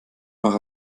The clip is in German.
noch